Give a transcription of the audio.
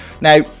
now